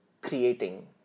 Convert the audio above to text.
creating